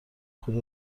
کجا